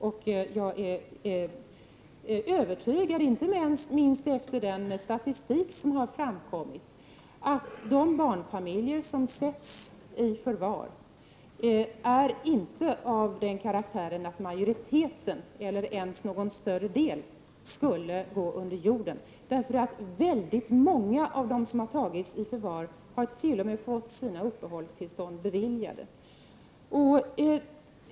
Jag är övertygad om, inte minst efter att ha läst den statistik som tagits fram, att de barnfamiljer som sätts i förvar inte är av den karaktären att majoriteten av dem eller någon större del av dem skulle gå under jorden. Väldigt många av dem som tagits i förvar har t.o.m. fått sina ansökningar om uppehållstillstånd beviljade.